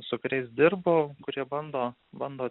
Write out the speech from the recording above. su kuriais dirbu kurie bando bando